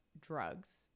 drugs